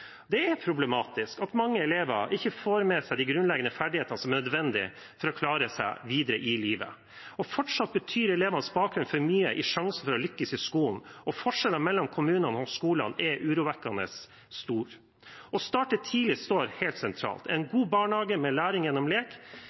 Det er problematisk at mange elever ikke får med seg de grunnleggende ferdighetene som er nødvendig for å klare seg videre i livet. Fortsatt betyr elevenes bakgrunn for mye for sjansen for å lykkes i skolen, og forskjellen mellom kommunene og skolene er urovekkende stor. Å starte tidlig står helt sentralt. En god barnehage med læring gjennom lek